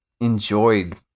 enjoyed